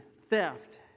theft